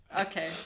Okay